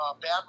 bad